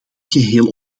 geheel